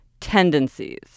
Tendencies